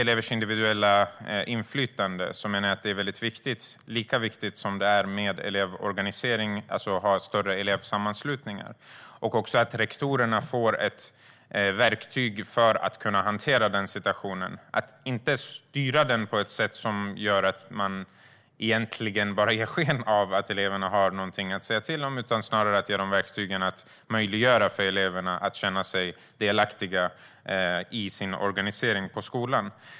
Elevers individuella inflytande menar jag är lika viktigt som det är med elevorganisering, alltså att ha större elevsammanslutningar. Det är också viktigt att rektorerna får ett verktyg för att kunna hantera den situationen och inte styra den på ett sätt så att de endast ger sken av att eleverna har något att säga till om. Man ska snarare ge dem verktygen att möjliggöra för eleverna att känna sig delaktiga i sin organisering på skolan.